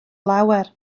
lawer